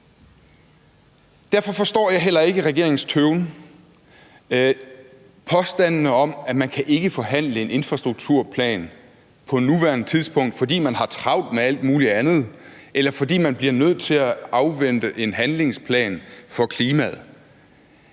Derfor forstår jeg heller ikke regeringens tøven og påstandene om, at man ikke kan forhandle en infrastrukturplan på nuværende tidspunkt, fordi man har travlt med alt muligt andet, eller fordi man bliver nødt til at afvente en handlingsplan for klimaet.